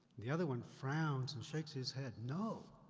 the other one frowns, and shakes his head, no,